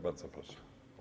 Bardzo proszę.